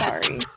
Sorry